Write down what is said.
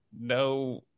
no